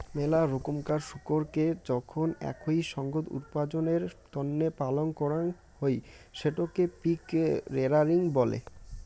মেলা রকমকার শুকোরকে যখন একই সঙ্গত উপার্জনের তন্নে পালন করাং হই সেটকে পিগ রেয়ারিং বলে